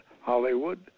Hollywood